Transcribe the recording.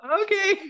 okay